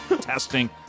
testing